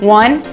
one